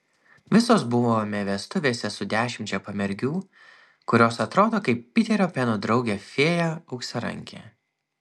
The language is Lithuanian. visos buvome vestuvėse su dešimčia pamergių kurios atrodo kaip piterio peno draugė fėja auksarankė